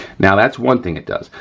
now that's one thing it does.